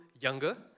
younger